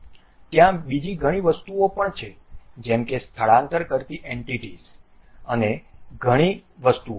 ત્યાં બીજી ઘણી વસ્તુઓ પણ છે જેમ કે સ્થળાંતર કરતી એન્ટિટીઝ અને ઘણી વસ્તુઓ